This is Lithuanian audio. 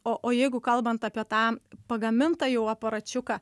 o o jeigu kalbant apie tą pagamintą jau aparačiuką